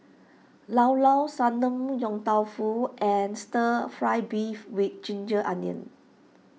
Llao Llao Sanum Yong Tau Foo and Stir Fry Beef with Ginger Onions